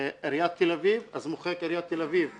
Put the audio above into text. עיריית תל אביב, אז מוחק עיריית תל אביב בסורק,